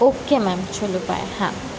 okay ma'am चलो bye हां